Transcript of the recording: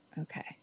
okay